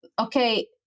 okay